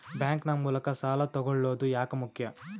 Bank ನ ಮೂಲಕ ಸಾಲ ತಗೊಳ್ಳೋದು ಯಾಕ ಮುಖ್ಯ?